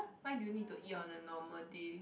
why do you need to eat on a normal day